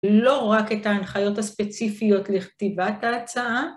‫לא רק את ההנחיות הספציפיות ‫לכתיבת ההצעה